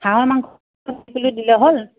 হাঁহৰ মাংস দিলে হ'ল